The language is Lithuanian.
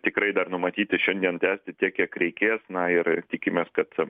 tikrai dar numatyti šiandien tęsti tiek kiek reikės na ir tikimės kad